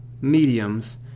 mediums